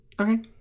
okay